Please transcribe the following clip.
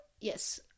yes